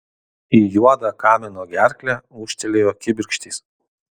į juodą kamino gerklę ūžtelėjo kibirkštys